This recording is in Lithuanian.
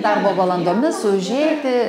darbo valandomis užeiti